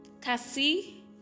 cassie